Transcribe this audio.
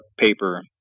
paper